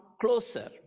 closer